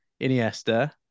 Iniesta